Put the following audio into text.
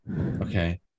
Okay